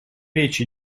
речь